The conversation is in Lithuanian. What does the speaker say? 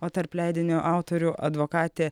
o tarp leidinio autorių advokatė